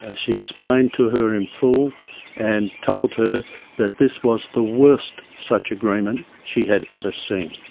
ah she explained to her in full and told her that this was the worst such agreement she had ever seen.